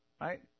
right